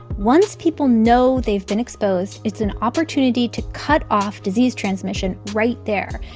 once people know they've been exposed, it's an opportunity to cut off disease transmission right there.